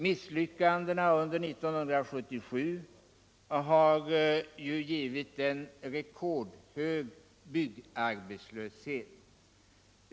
Misslyckandena under 1977 har ju givit en rekordhög byggarbetslöshet.